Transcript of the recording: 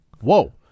whoa